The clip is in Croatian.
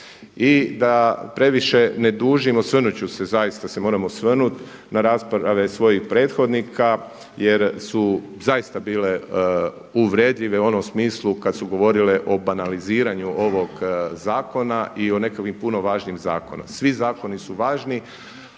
I da previše ne dužim osvrnuti ću se, zaista se moram osvrnuti na rasprave svojih prethodnika jer su zaista bile uvredljive u onom smislu kada su govorile o banaliziranju ovog zakona i o nekakvim puno važnijim zakonima. Svi zakoni su važni